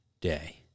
day